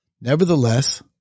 Nevertheless